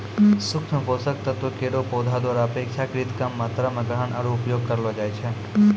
सूक्ष्म पोषक तत्व केरो पौधा द्वारा अपेक्षाकृत कम मात्रा म ग्रहण आरु उपयोग करलो जाय छै